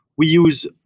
we use,